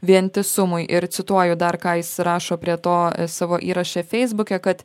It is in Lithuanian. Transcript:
vientisumui ir cituoju dar ką jis rašo prie to savo įraše feisbuke kad